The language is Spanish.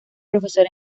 profesor